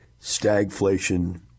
stagflation